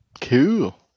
Cool